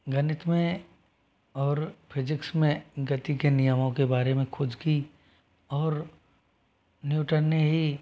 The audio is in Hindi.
गणित में और फिजिक्स में गति के नियमों के बारे में खोज की और न्यूटन ने ही